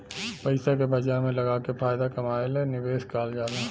पइसा के बाजार में लगाके फायदा कमाएल निवेश कहल जाला